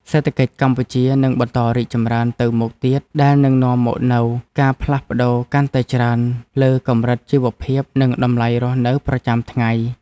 សេដ្ឋកិច្ចកម្ពុជានឹងបន្តរីកចម្រើនទៅមុខទៀតដែលនឹងនាំមកនូវការផ្លាស់ប្តូរកាន់តែច្រើនលើកម្រិតជីវភាពនិងតម្លៃរស់នៅប្រចាំថ្ងៃ។